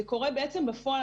זה קורה בעצם בפועל,